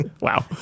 Wow